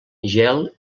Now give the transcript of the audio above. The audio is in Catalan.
gel